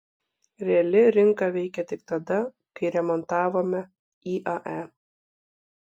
reali rinka veikė tik tada kai remontavome iae